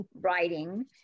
writing